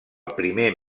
primer